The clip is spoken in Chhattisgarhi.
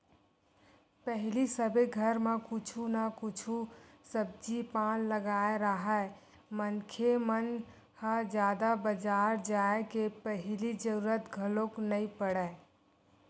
पहिली सबे घर म कुछु न कुछु सब्जी पान लगाए राहय मनखे मन ह जादा बजार जाय के पहिली जरुरत घलोक नइ पड़य